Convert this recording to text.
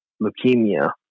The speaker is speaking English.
leukemia